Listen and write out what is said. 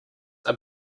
are